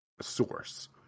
Source